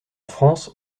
france